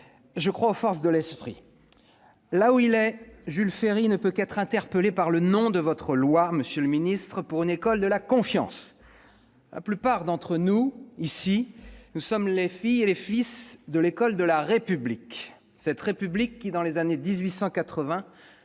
je crois aux forces de l'esprit. Là où il est, Jules Ferry ne peut qu'être interpellé par le nom de votre projet de loi, monsieur le ministre :« Pour une école de la confiance ». La plupart d'entre nous, ici, sont les filles et les fils de l'école de la République, cette République qui, dans les années 1880,